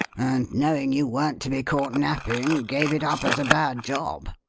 and knowing you weren't to be caught napping, gave it up as a bad job.